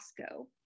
Costco